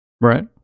Right